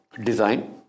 design